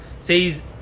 says